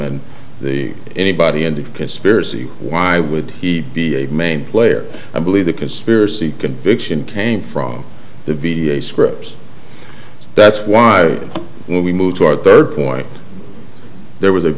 and the anybody in the conspiracy why would he be a main player i believe the conspiracy conviction came from the v a scripts that's why when we moved to our third point there was a